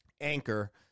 Anchor